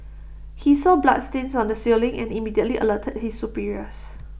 he saw bloodstains on the ceiling and immediately alerted his superiors